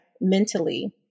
mentally